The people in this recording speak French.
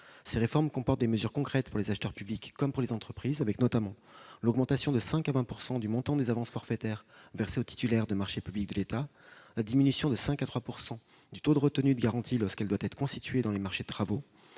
Ces réformes comportent des mesures concrètes pour les acheteurs publics comme pour les entreprises. Il s'agit notamment de l'augmentation de 5 % à 20 % du montant des avances forfaitaires versées aux titulaires des marchés publics de l'État, de la diminution de 5 % à 3 % du taux de retenue de garantie lorsqu'elle doit être constituée dans les marchés de travaux,